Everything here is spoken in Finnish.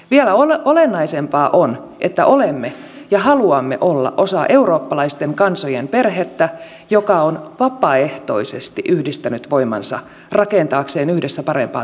vielä olennaisempaa on että olemme ja haluamme olla osa eurooppalaisten kansojen perhettä joka on vapaaehtoisesti yhdistänyt voimansa rakentaakseen yhdessä parempaa tulevaisuutta